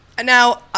now